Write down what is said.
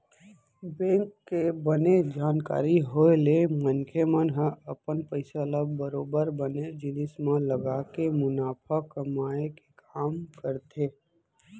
bank के बने जानकारी होय ले मनखे मन ह अपन पइसा ल बरोबर बने जिनिस म लगाके मुनाफा कमाए के काम करथे